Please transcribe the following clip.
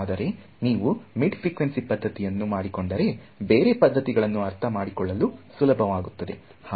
ಆದರೆ ನೀವು mid frequency ಪದ್ಧತಿಯನ್ನು ಮಾಡಿಕೊಂಡರೆ ಬೇರೆ ಪದ್ಧತಿಗಳನ್ನು ಅರ್ಥಮಾಡಿಕೊಳ್ಳಲು ಸುಲಭವಾಗುತ್ತದೆ